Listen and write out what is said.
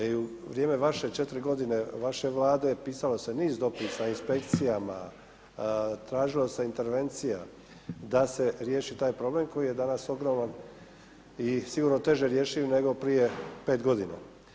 I u vrijeme vaše, 4 godine vaše Vlade pisalo se niz dopisa inspekcijama, tražilo se intervencija da se riješi taj problem koji je danas ogroman i sigurno teže rješiv nego prije 5 godina.